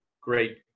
great